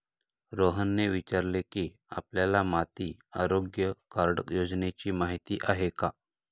रोहनने विचारले की, आपल्याला माती आरोग्य कार्ड योजनेची माहिती आहे का?